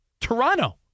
Toronto